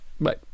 bye